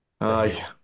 aye